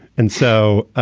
and so,